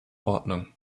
ordnung